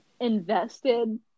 invested